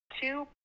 two